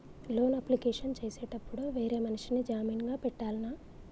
Loan application చేసేటప్పుడు వేరే మనిషిని జామీన్ గా పెట్టాల్నా?